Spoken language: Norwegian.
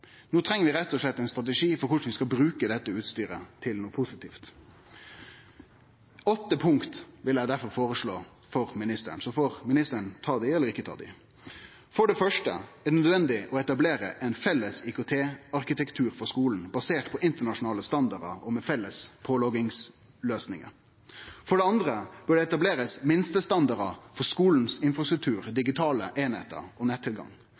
No treng vi rett og slett ein strategi for korleis vi skal bruke dette utstyret til noko positivt. Sju punkt vil eg difor foreslå for ministeren, så får ministeren ta dei eller ikkje ta dei: For det første er det nødvendig å etablere ein felles IKT-arkitektur på skulen, basert på internasjonale standardar og med felles påloggingsløysingar. For det andre bør det etablerast minstestandardar for infrastrukturen i skulen, digitale einingar og nettilgang.